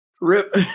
Rip